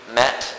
met